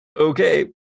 Okay